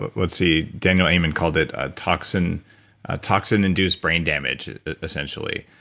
but lets see, daniel amen called it a toxin toxin induced brain damage essentially.